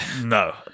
No